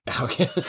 okay